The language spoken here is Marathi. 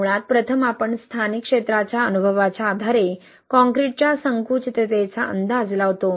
मुळात प्रथम आपण स्थानिक क्षेत्राच्या अनुभवाच्या आधारे कॉंक्रिटच्या संकुचिततेचा अंदाज लावतो